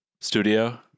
studio